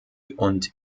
und